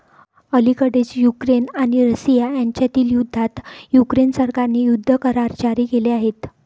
अलिकडेच युक्रेन आणि रशिया यांच्यातील युद्धात युक्रेन सरकारने युद्ध करार जारी केले आहेत